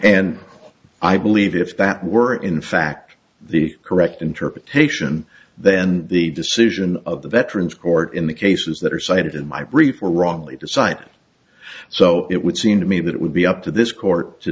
and i believe if that were in fact the correct interpretation then the decision of the veterans court in the cases that are cited in my brief were wrongly decided so it would seem to me that it would be up to this court to